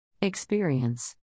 Experience